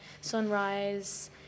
sunrise